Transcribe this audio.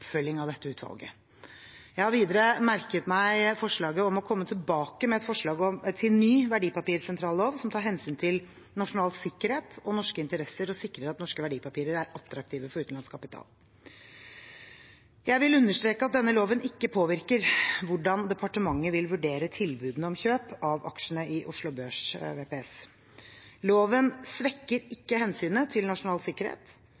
av dette utvalget. Jeg har videre merket meg forslaget om å komme tilbake med et forslag til ny verdipapirsentrallov som tar hensyn til nasjonal sikkerhet og norske interesser og sikrer at norske verdipapirer er attraktive for utenlandsk kapital. Jeg vil understreke at denne loven ikke påvirker hvordan departementet vil vurdere tilbudene om kjøp av aksjene i Oslo Børs VPS. Loven svekker ikke hensynet til nasjonal sikkerhet,